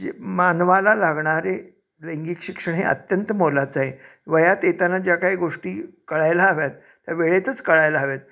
जे मानवाला लागणारे लैंगिक शिक्षण हे अत्यंत मोलाचं आहे वयात येताना ज्या काही गोष्टी कळायला हव्यात त्या वेळेतच कळायला हव्यात